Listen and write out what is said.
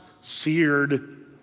seared